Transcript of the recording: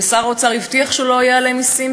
שר האוצר הבטיח שהוא לא יעלה מסים,